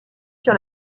sur